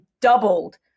doubled